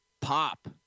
pop